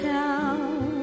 town